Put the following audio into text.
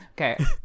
Okay